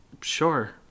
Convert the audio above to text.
Sure